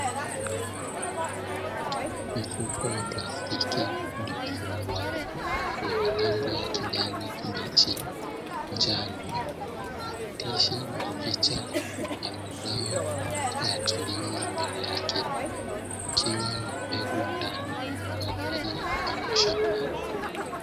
Mfuko wa plastiki uliofungwa, wenye rangi ya kijani kibichi, njano; maandishi na picha ya mazao ya kilimo mbele yake, kukiwa na mbegu ndani kwa ajili ya kupandwa shambani.